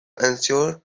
ensure